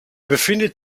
befindet